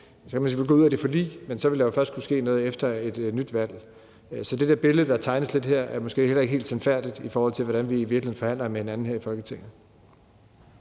så kunne man selvfølgelig gå ud af det forlig, men så ville der jo først kunne ske noget efter et nyt valg. Så det der billede, der lidt tegnes her, er måske heller ikke helt sandfærdigt, i forhold til hvordan vi i virkeligheden forhandler med hinanden her i Folketinget.